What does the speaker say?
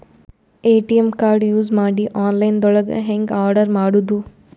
ATM card use ಮಾಡಿ online ದೊಳಗೆ ಹೆಂಗ್ ಆರ್ಡರ್ ಮಾಡುದು?